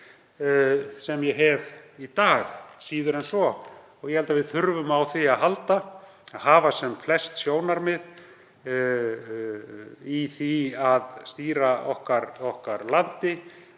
sem ég hef í dag, síður en svo. Ég held að við þurfum á því að halda að hafa sem flest sjónarmið í því að stýra landinu okkar og